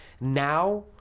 Now